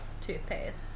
toothpaste